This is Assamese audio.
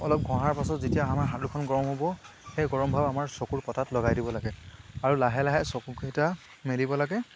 অলপ ঘঁহাৰ পাছত যেতিয়া আমাৰ হাত দুখন গৰম হ'ব সেই গৰম ভাৱ আমাৰ চকুৰ পটাত লগাই দিব লাগে আৰু লাহে লাহে চকুকেইটা মেলিব লাগে